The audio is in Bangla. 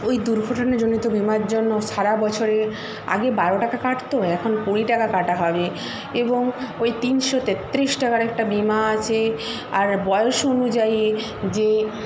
ওই দুর্ঘটনাজনিত বিমার জন্য সারা বছরের আগে বারো টাকা কাটতো এখন কুড়ি টাকা কাটা হবে এবং ওই তিনশো তেত্রিশ টাকার একটা বিমা আছে আর বয়স অনুযায়ী যে